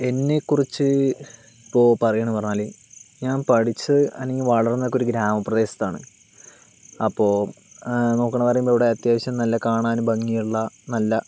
എന്നെക്കുറിച്ച് ഇപ്പോൾ പറയുകയാണെന്നു പറഞ്ഞാൽ ഞാന് പഠിച്ചത് അല്ലെങ്കിൽ വളര്ന്നതൊക്കെ ഒരു ഗ്രാമപ്രദേശത്താണ് അപ്പോൾ നോക്കുകയാണെന്നു പറയുമ്പോൾ ഇവിടെ അത്യാവശ്യം നല്ല കാണാനും ഭംഗിയുള്ള നല്ല